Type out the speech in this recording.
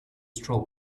troll